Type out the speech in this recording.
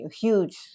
huge